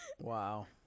Wow